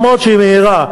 אף-על-פי שהיא מהירה,